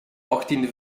achttiende